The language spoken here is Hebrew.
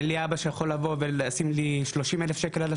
אני לי אבא שיכול לשים לי בין 30,000-40,000